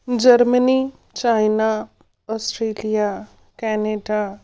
Germany China Australia Canada